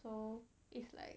so it's like